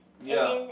ya